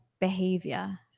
behavior